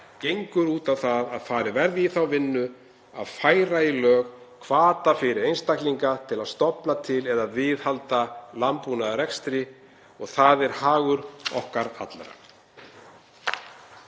gengur út á að farið verði í þá vinnu að færa í lög hvata fyrir einstaklinga til að stofna til eða viðhalda landbúnaðarrekstri og það er hagur okkar allra.